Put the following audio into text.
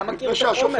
אתה מכיר את החומר.